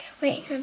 Wait